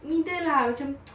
middle lah macam